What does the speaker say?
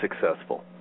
successful